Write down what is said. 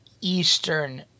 eastern